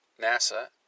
NASA